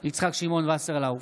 יצחק שמעון וסרלאוף,